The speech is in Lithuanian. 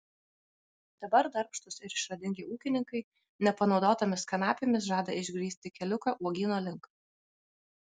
dabar darbštūs ir išradingi ūkininkai nepanaudotomis kanapėmis žada išgrįsti keliuką uogyno link